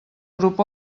grup